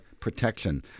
Protection